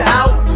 out